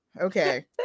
Okay